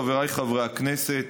חבריי חברי הכנסת,